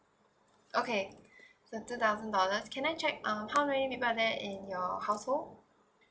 okay so two thousand dollars can I check um how many people are there in your household